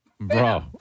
Bro